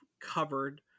covered